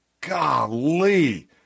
Golly